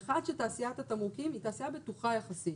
אחד, שתעשיית התמרוקים היא תעשייה בטוחה יחסית.